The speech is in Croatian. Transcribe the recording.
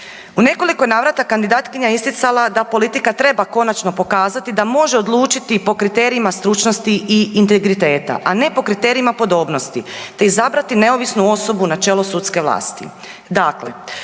U nekoliko navrata kandidatkinja je isticala da politika treba konačno pokazati da može odlučiti i po kriterijima stručnosti i integriteta, a ne po kriterijima podobnosti te izabrati neovisnu osobu na čelu sudske vlasti.